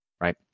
Right